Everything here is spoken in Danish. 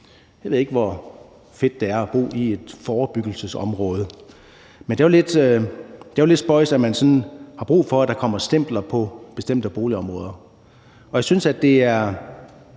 Jeg ved ikke, hvor fedt det er at bo i et forebyggelsesområde. Men det er jo lidt spøjst, at man har brug for, at der sådan kommer stempler på bestemte boligområder. Og jeg synes, det er